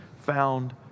found